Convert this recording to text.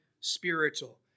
spiritual